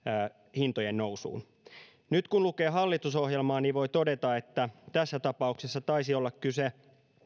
hintojen nousuun nyt kun lukee hallitusohjelmaa niin voi todeta että tässä tapauksessa taisi olla kyse